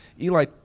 Eli